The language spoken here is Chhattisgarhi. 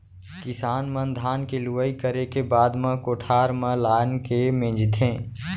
किसान मन धान के लुवई करे के बाद म कोठार म लानके मिंजथे